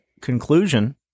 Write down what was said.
conclusion